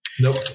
Nope